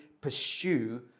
pursue